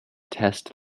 test